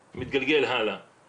בדיוק מהדברים האלה אנחנו חששנו,